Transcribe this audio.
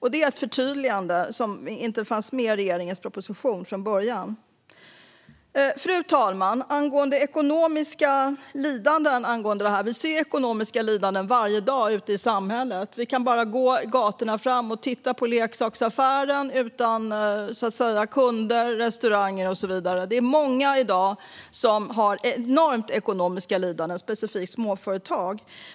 Detta är ett förtydligande som inte fanns med i regeringens proposition från början. Fru talman! Jag vill säga något om ekonomiska lidanden i samband med detta. Vi ser ekonomiska lidanden varje dag ute i samhället - vi kan bara gå gatorna fram och titta på leksaksaffärer utan kunder. Detsamma gäller restauranger och så vidare. Det är många i dag som har enorma ekonomiska lidanden, specifikt småföretag.